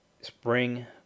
spring